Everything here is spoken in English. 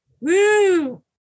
Woo